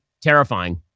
terrifying